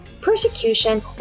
persecution